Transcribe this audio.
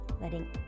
letting